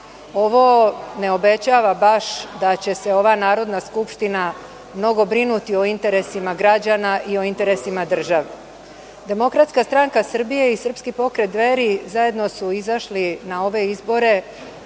Ovo ne obećava baš da će se ova Narodna skupština mnogo brinuti o interesima građana i o interesima države. Demokratska stranka Srbije i Srpski pokret Dveri zajedno su izašli na ove izbore